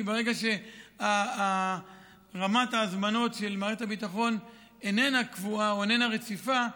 כי ברגע שרמת ההזמנות של מערכת הביטחון איננה קבועה או איננה רציפה,